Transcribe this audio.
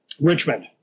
Richmond